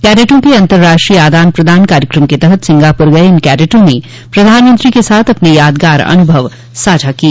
कैडेटों के अंतर्राष्ट्रीय आदान प्रदान कार्यक्रम के तहत सिंगापुर गए इन कैडेटों ने प्रधानमंत्री के साथ अपने यादगार अनुभव साझा किए